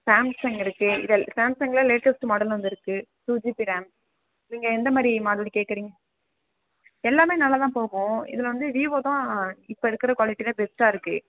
Samsung இருக்குது இதெல் சாம்சங்க்கில் லேட்டஸ்ட்டு மாடல் வந்திருக்கு டூ ஜிபி ரேம் நீங்கள் எந்த மாதிரி மாடல் கேட்குறீங்க எல்லாமே நல்லாதான் போகும் இதில் வந்து வீவோ தான் இப்போ இருக்கிற குவாலிட்டியில் பெஸ்ட்டாக இருக்குது